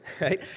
right